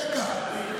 רגע.